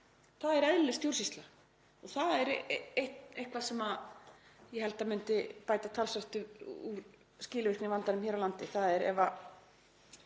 það er eðlileg stjórnsýsla og það er eitthvað sem ég held að myndi bæta talsvert úr skilvirknivandanum hér á landi, þ.e. ef